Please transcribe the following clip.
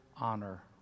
honor